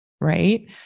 right